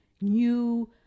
New